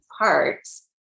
parts